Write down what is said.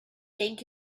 thank